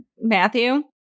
Matthew